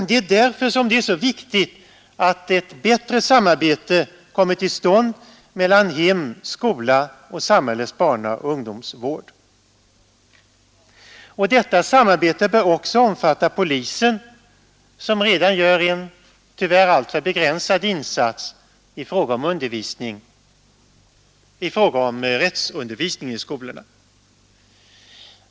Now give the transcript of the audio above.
Det är därför som det är så viktigt att ett bättre samarbete kommer till stånd mellan hem, skola och samhällets barnaoch ungdomsvård. Detta samarbete bör också omfatta polisen, som redan gör en — tyvärr dock alltför begränsad — insats i fråga om rättsundervisning i skolorna.